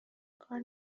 کار